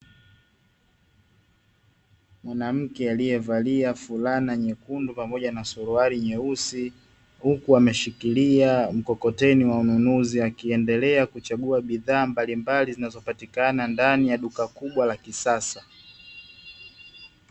Mwanamke aliyevalia fulana nyekundu pamoja na suruali nyeusi huku ameshikilia mkokoteni wa mnunuzi, akiendelea kuchagua bidhaa mbalimbali zinazopatikana ndani ya duka kubwa la kisasa.